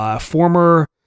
former